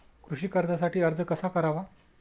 कृषी कर्जासाठी अर्ज कसा करावा?